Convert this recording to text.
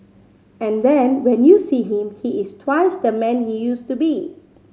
and then when you see him he is twice the man he used to be